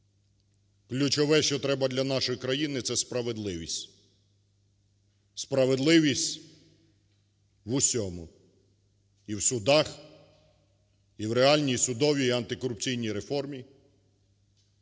Ключове, що треба для нашої країни, – це справедливість. Справедливість в усьому: і в судах, і в реальній судовій і антикорупційній реформі,